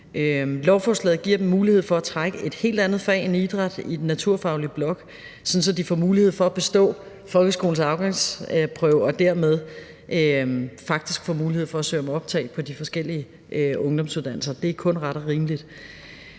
Lovforslaget giver dem mulighed for at trække et helt andet fag end idræt i den naturfaglige blok, sådan at de får mulighed for at bestå folkeskolens afgangsprøve og dermed faktisk får mulighed for at søge om optag på de forskellige ungdomsuddannelser. Det er kun ret og rimeligt.